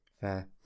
Fair